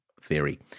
theory